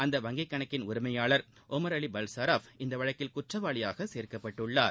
அந்த அவங்கிக் கணக்கின் உரிமையாளர் உமர் அலி பல்சராஃப் இந்த வழக்கில் குற்றவாளியாக சேர்க்கப்பட்டுள்ளார்